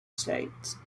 states